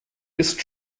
ist